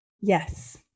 Yes